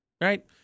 right